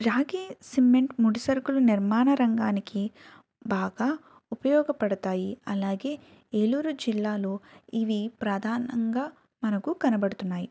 రాగి సిమెంట్ ముడిసరుకులు నిర్మాణ రంగానికి బాగా ఉపయోగపడతాయి అలాగే ఏలూరు జిల్లాలో ఇవి ప్రధానంగా మనకు కనబడుతున్నాయి